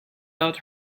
out